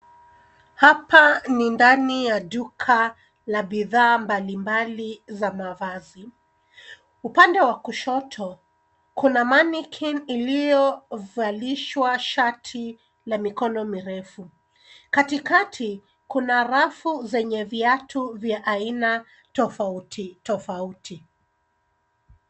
Hapa ni ndani ya duka la bidhaa mbalimbali za mavazi. Upande wa kushoto kuna mannequin iliyovalishwa shati la mikono mirefu. Katikati kuna rafu zenye viatu vya aina tofauti tofauti.